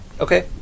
Okay